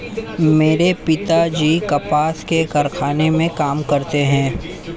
मेरे पिताजी कपास के कारखाने में काम करते हैं